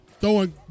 throwing